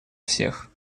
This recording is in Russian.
всех